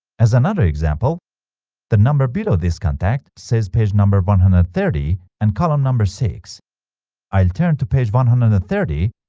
as another example the number below this contact says page number one hundred and thirty and column number six i'll turn to page one hundred and thirty